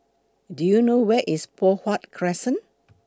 Do YOU know Where IS Poh Huat Crescent